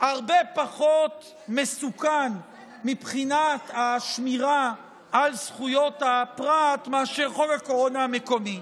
הרבה פחות מסוכן מבחינת השמירה על זכויות הפרט מאשר חוק הקורונה המקורי.